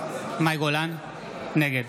נגד